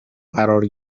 قرار